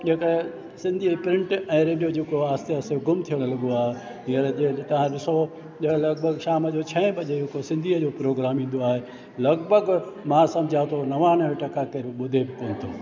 जेके सिंधीअ जी प्रिंट ऐं रेडियो जेको आहे आस्ते आस्ते गुमु थियणु लॻो आहे हींअर जो तव्हां ॾिसो जो लॻभॻि शाम जो छह बजे को सिंधीअ जो प्रोग्राम ईंदो आए लॻभॻि मां सम्झां थो नवानवे टका केरु ॿुधे बि कोन थो